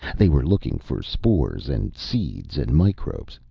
they were looking for spores and seeds and microbes.